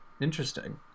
Interesting